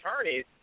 attorneys